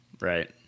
Right